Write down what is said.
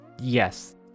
Yes